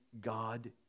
God